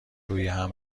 رویهم